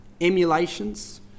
emulations